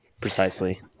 Precisely